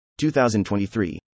2023